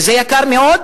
וזה יקר מאוד,